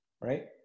right